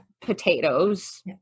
potatoes